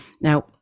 Now